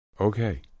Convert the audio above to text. Okay